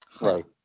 Right